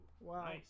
Wow